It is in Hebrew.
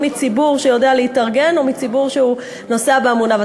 מציבור שיודע להתארגן או מציבור שנוסע בהמוניו.